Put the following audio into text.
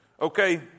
Okay